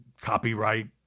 copyright